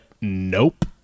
Nope